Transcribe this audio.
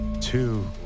Two